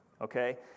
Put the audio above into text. Okay